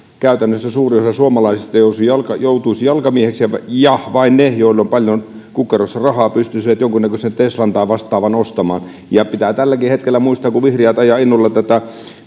suurin osa suomalaisista joutuisi jalkamiehiksi ja ja vain ne joilla on paljon kukkarossa rahaa pystyisivät jonkunnäköisen teslan tai vastaavan ostamaan ja pitää tälläkin hetkellä muistaa kun vihreät ajavat innolla